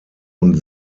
und